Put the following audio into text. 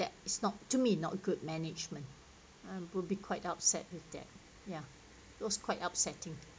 that is not to me not good management and I will be quite upset with that ya it was quite upsetting